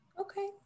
Okay